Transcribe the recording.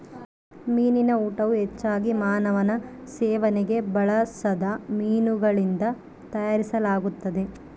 ಮೀನಿನ ಊಟವು ಹೆಚ್ಚಾಗಿ ಮಾನವನ ಸೇವನೆಗೆ ಬಳಸದ ಮೀನುಗಳಿಂದ ತಯಾರಿಸಲಾಗುತ್ತದೆ